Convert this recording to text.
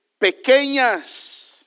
Pequeñas